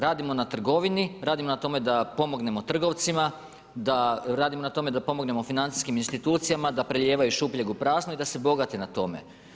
Radimo na trgovini, radimo na tome da pomognemo trgovcima, radimo na tome da pomognemo financijskim institucijama da prelijevaju iz šupljeg u prazno i da se bogate na tome.